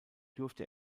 durfte